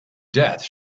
death